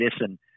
listen